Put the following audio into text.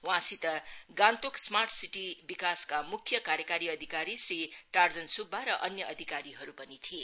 वहाँसित Gangtok smart city विकासका म्ख्य कार्यकारी अधिकारी श्री तार्जन सुब्बा र अन्य अधिकारीहरू पनि थिए